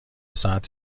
ساعت